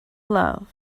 love